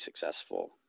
successful